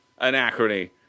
Anachrony